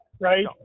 Right